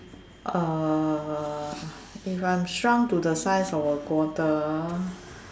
uh if I'm shrunk to the size of a quarter